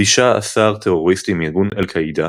תשעה עשר טרוריסטים מארגון אל-קאעידה,